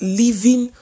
living